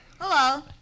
Hello